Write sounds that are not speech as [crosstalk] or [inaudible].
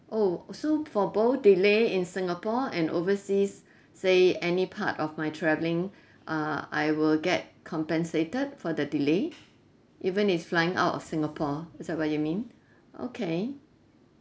oh also for both delay in singapore and overseas say any part of my traveling [breath] uh I will get compensated for the delay even if flying out of singapore is that what you mean okay